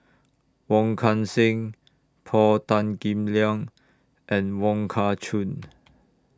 Wong Kan Seng Paul Tan Kim Liang and Wong Kah Chun